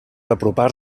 apropar